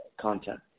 content